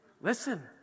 Listen